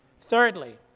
Thirdly